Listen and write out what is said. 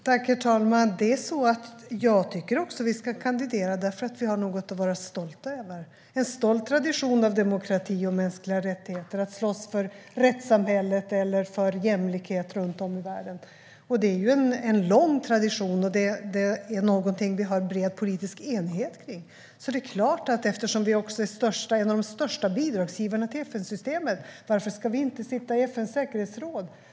Herr talman! Jag tycker att vi ska kandidera också därför att vi har något att vara stolta över. Vi har en stolt tradition av demokrati och mänskliga rättigheter och av att slåss för rättssamhället eller för jämlikhet runt om i världen. Det är en lång tradition och något vi har en bred politisk enighet kring. Sverige är en av de största bidragsgivarna till FN-systemet - varför ska vi inte sitta i FN:s säkerhetsråd?